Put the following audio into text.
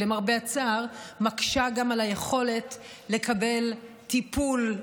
למרבה הצער היא מקשה גם על היכולת לקבל טיפול,